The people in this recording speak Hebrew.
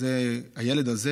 זה הילד הזה